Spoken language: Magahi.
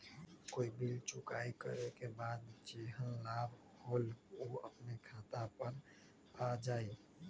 कोई बिल चुकाई करे के बाद जेहन लाभ होल उ अपने खाता पर आ जाई?